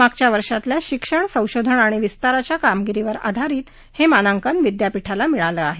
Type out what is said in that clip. मागच्या वर्षातल्या शिक्षण संशोधन आणि विस्ताराच्या कामगिरीवर अधारीत हे मानांकन विद्यापीठाला मिळाले आहे